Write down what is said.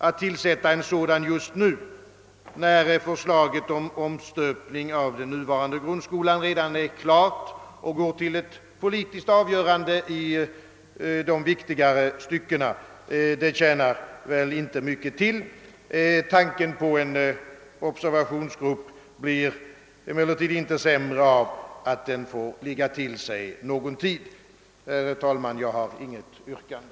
Att tillsätta en sådan just nu, när förslaget om omstöpning av den nuvarande grundskolan redan är klart och går till ett politiskt avgörande i de viktigare styckena, tjänar väl inte mycket till. Tanken på en observationsgrupp blir emellertid inte sämre av att den får ligga till sig någon tid. Herr talman! Jag har inget yrkande.